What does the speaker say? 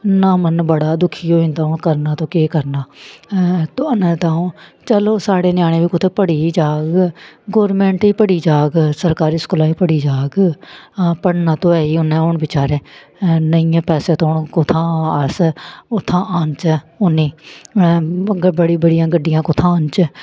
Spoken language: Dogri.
ना मन बड़ा दुखी होई जंदा हून करना ते केह् करना ताऊं चलो साढ़े ञ्यानें बी कु'त्थै पढ़ी ई जाह्ग गौरमेंट गी पढ़ी जाह्ग सरकारी स्कूलें पढ़ी जाह्ग पढ़ना तो ऐ ई उन्नै हून बेचारे नेईं ऐ पैसे ते हून कु'त्थां अस उत्थां आह्नचै उ'नें बड़ी बड़ियां गड्डियां कु'त्थां आह्नचै